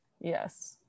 Yes